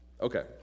Okay